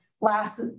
last